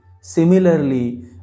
Similarly